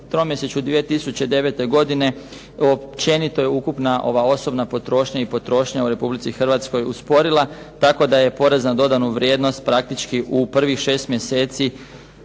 tromjesečju 2009. godine općenito je ukupna ova osobna potrošnja i potrošnja u Republici Hrvatskoj usporila tako da je porez na dodanu vrijednost praktički u prvih 6 mjeseci